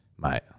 Mate